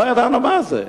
לא ידענו מה זה.